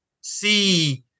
see